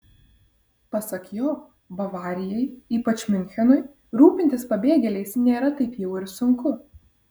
pasak jo bavarijai ypač miunchenui rūpintis pabėgėliais nėra taip jau ir sunku